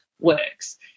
works